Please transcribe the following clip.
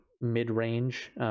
mid-range